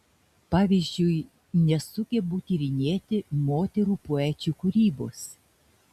pavyzdžiui nesugebu tyrinėti moterų poečių kūrybos